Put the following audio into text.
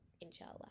inshallah